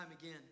again